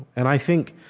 and i think,